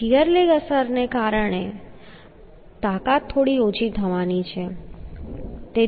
તેથી shear lag અસરને કારણે તાકાત થોડી ઓછી થવાની છે